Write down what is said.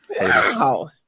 wow